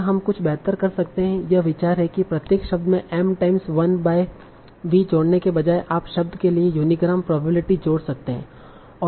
क्या हम कुछ बेहतर कर सकते हैं यह विचार है कि प्रत्येक शब्द में m टाइम्स 1 बाय V जोड़ने के बजाय आप शब्द के लिए यूनीग्राम प्रोबेबिलिटी जोड़ सकते हैं